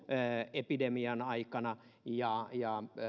epidemian aikana ja ja